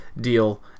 deal